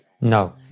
No